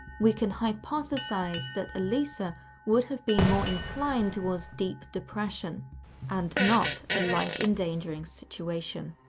we can hypothesis that elisa would have been more inclined towards deep depression and not a life-endangering situation.